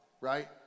right